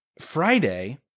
Friday